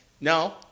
No